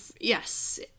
Yes